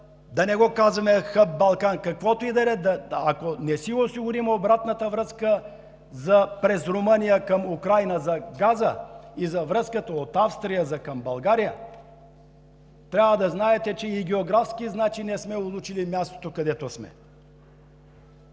да не го казваме за хъб „Балкан“, но ако не си осигурим обратната връзка през Румъния, през Украйна за газа и за връзката от Австрия за България, трябва да знаете, че и географски не сме улучили мястото, където сме!